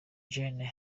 gen